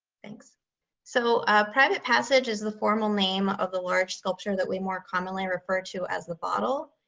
thanks so private passage is the formal name of the large sculpture that we more commonly referred to as the bottle.